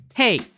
Hey